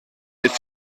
ist